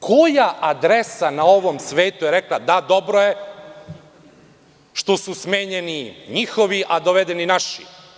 Koja adresa na ovom svetu je rekla – da, dobro je što su smenjeni njihovi, a dovedeni naši?